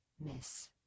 miss